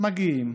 מגיעות